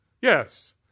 Yes